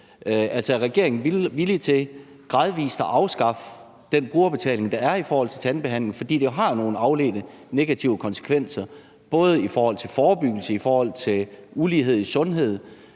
Er regeringen villig til gradvis at afskaffe den brugerbetaling, der er for tandbehandling? For det har jo nogle afledte negative konsekvenser både i forhold til forebyggelse, i forhold til ulighed i sundhed,